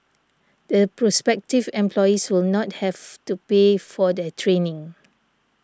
the prospective employees will not have to pay for their training